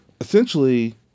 essentially